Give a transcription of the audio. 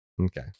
Okay